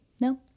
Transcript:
No